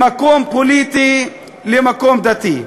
ממקום פוליטי למקום דתי.